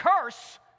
curse